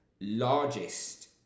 largest